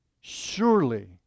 Surely